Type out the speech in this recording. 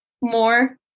more